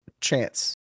Chance